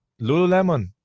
Lululemon